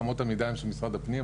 אמות המידה הם של משרד הפנים,